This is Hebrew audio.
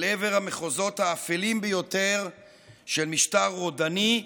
אל עבר המחוזות האפלים ביותר של משטר רודני,